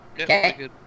Okay